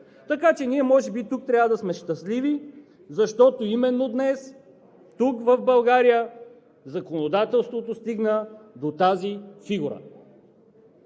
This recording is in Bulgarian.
Така че ние тук може би трябва да сме щастливи, защото именно днес тук, в България законодателството стигна до тази фигура.